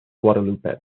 guadalupe